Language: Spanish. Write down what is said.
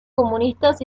comunistas